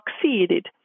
succeeded